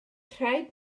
rhaid